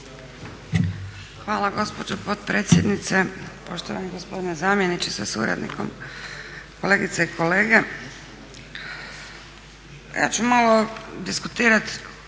Hvala gospođo potpredsjednice. Poštovani zamjeniče sa suradnikom, kolegice i kolege. Ja ću malo diskutirati